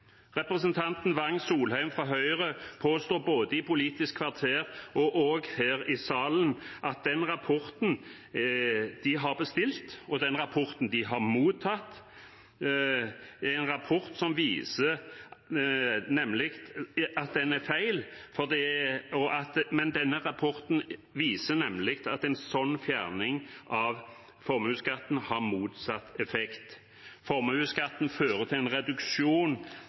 Representanten Wang Soleim fra Høyre påsto både i Politisk kvarter og her i salen at den rapporten de har bestilt, og den rapporten de har mottatt, er feil – denne rapporten viser nemlig at en slik fjerning av formuesskatten har motsatt effekt – og at formuesskatten fører til en reduksjon